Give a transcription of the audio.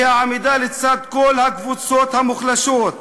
היא העמידה לצד כל הקבוצות המוחלשות,